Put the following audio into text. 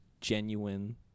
genuine